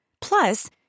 Plus